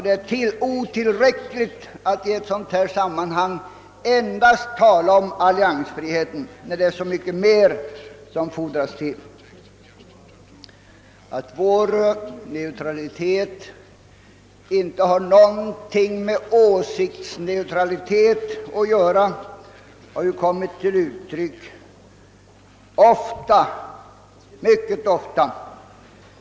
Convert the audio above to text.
Det är alltså otillräckligt att i ett sådant här sammanhang endast tala om alliansfrihet, när det är så mycket mer som fordras. Att vår neutralitet inte har någonting med åsiktsneutralitet att göra har ju kommit till uttryck mycket ofta.